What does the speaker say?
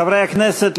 חברי הכנסת,